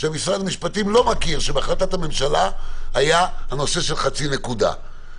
שמשרד המשפטים לא מכיר שבהחלטת הממשלה היה הנושא של חצי נקודה.